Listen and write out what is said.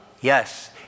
Yes